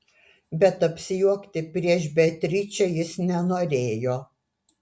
bet apsijuokti prieš beatričę jis nenorėjo